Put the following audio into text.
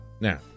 Now